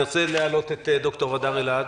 אני רוצה להעלות את ד"ר הדר אלעד.